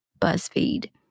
BuzzFeed